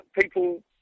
people